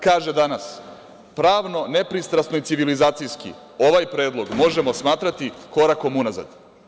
Kaže danas – pravno, nepristrasno i civilizacijski ovaj predlog možemo smatrati korakom unazad?